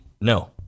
No